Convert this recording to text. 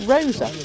Rosa